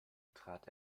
trat